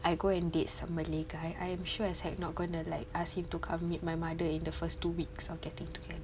I go and date some Malay guy I am sure as heck not gonna like ask him to come meet my mother in the first two weeks of getting together